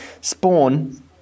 spawn